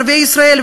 ערביי ישראל,